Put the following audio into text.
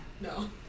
no